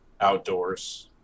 outdoors